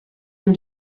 him